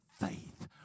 faith